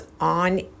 on